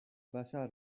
بشر